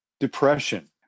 Depression